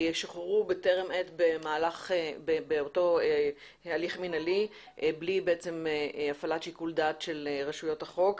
ישוחררו בטרם עת באותו הליך מנהלי בלי הפעלת שיקול דעת של רשויות החוק.